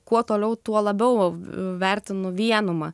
kuo toliau tuo labiau vertinu vienumą